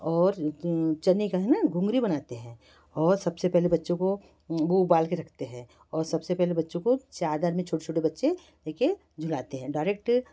और त चने का है ना घुघरी बनाते हैं और सबसे पहले बच्चों को वो उबालके रखते हैं और सबसे पहले बच्चों को चादर में छोटे छोटे बच्चे लेके झुलाते हैं डायरेक्ट